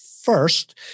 First